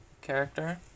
character